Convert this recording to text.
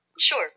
Sure